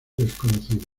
desconocidos